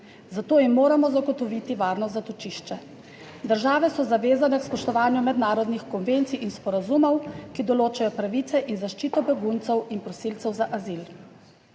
Zato jim moramo zagotoviti varno zatočišče. Države so zavezane k spoštovanju mednarodnih konvencij in sporazumov, ki določajo pravice in zaščito beguncev in prosilcev za azil.